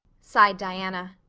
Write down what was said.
sighed diana.